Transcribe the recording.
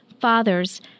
fathers